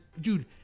dude